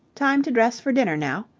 time to dress for dinner now.